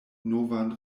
novan